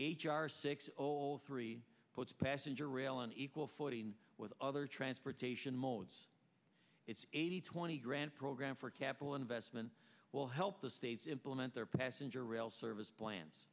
r six old three puts passenger rail on equal footing with other transportation modes its eighty twenty grant program for capital investment will help the states implement their passenger rail service plans